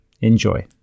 Enjoy